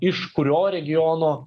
iš kurio regiono